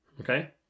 Okay